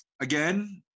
Again